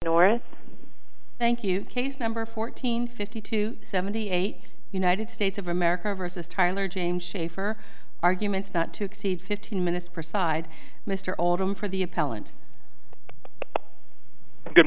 nora thank you case number fourteen fifty two seventy eight united states of america versus tyler james say for arguments not to exceed fifteen minutes per side mr oldham for the